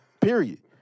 Period